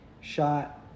shot